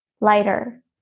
lighter